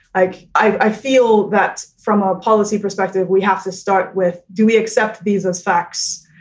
like i feel that from a policy perspective we have to start with. do we accept these as facts?